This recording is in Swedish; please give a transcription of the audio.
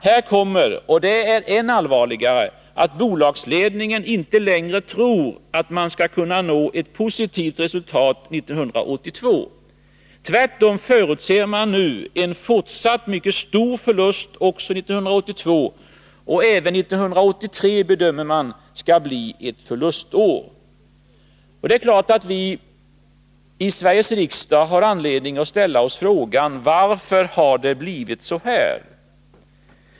Härtill kommer — och det är än allvarligare — att bolagsledningen inte längre tror att man skall kunna nå ett positivt resultat år 1982. Tvärtom förutser man nu en fortsatt mycket stor förlust också för år 1982. Även år 1983 bedömer man skall bli ett förlustår. Det är klart att vi i Sveriges riksdag har anledning att ställa oss frågan: Varför har det då blivit så här?